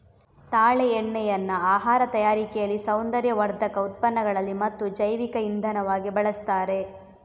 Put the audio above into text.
ತಾಳೆ ಎಣ್ಣೆಯನ್ನ ಆಹಾರ ತಯಾರಿಕೆಯಲ್ಲಿ, ಸೌಂದರ್ಯವರ್ಧಕ ಉತ್ಪನ್ನಗಳಲ್ಲಿ ಮತ್ತು ಜೈವಿಕ ಇಂಧನವಾಗಿ ಬಳಸ್ತಾರೆ